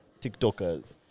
TikTokers